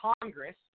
Congress